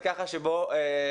שפע.